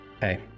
Hey